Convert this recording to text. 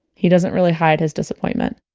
he doesn't really hide his disappointment